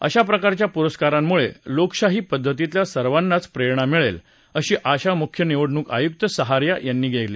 अशा प्रकारच्या पुरस्कारांमुळे लोकशाही पद्धतीतल्या सर्वांनाच प्रेरणा मिळेल अशी आशा मुख्य निवडणूक आयुक्त सहारिया यांनी व्यक्त केली